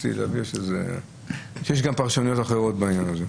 להבהיר שיש גם פרשנויות אחרות בעניין הזה.